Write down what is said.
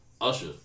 Usher